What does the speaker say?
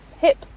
hip